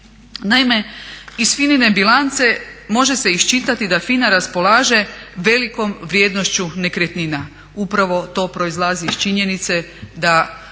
Naime, iz FINA-ine bilance može se iščitati da FINA raspolaže velikom vrijednošću nekretnina. Upravo to proizlazi iz činjenice da